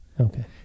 Okay